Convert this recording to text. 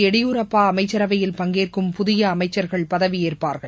எடியூரப்பா அமைச்சரவையில் பங்கேற்கும் புதிய அமைச்சள்கள் பதவியேற்பார்கள்